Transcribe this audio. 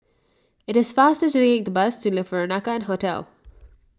it is faster to take the bus to Le Peranakan Hotel